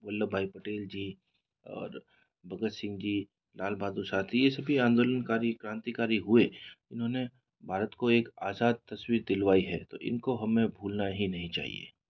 वल्लभभाई पटेल जी और भगत सिंह जी लाल बहादुर शास्त्री ये सभी आन्दोलन कारी क्रांतिकारी हुए इन्होंने भारत को एक आजाद तस्वीर दिलवाई है तो इनको हमें भूलना ही नहीं चाहिए